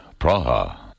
Praha